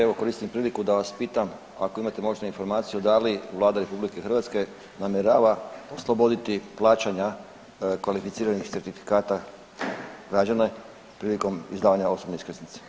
Evo koristim priliku da vas pitam ako imate možda informaciju da li Vlada RH namjerava osloboditi plaćanja kvalificiranih certifikata građane prilikom izdavanja osobne iskaznice?